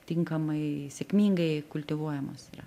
tinkamai sėkmingai kultivuojamos yra